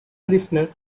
listener